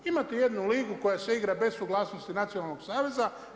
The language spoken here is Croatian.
Imate jednu ligu koja se igra bez suglasnosti Nacionalnog saveza.